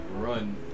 run